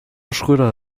schröder